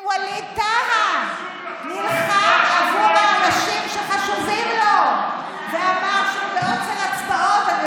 גם ווליד טאהא נלחם בעבור האנשים שחשובים לו ואמר שהוא בעוצר הצבעות.